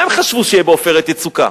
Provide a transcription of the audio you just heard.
בו, מה הם חשבו שיהיה ב"עופרת יצוקה"?